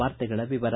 ವಾರ್ತೆಗಳ ವಿವರ